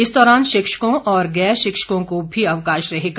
इस दौरान शिक्षकों और गैर शिक्षकों को भी अवकाश रहेगा